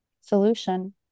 solution